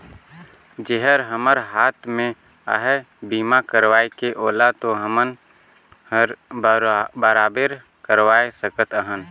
जेहर हमर हात मे अहे बीमा करवाये के ओला तो हमन हर बराबेर करवाये सकत अहन